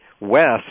west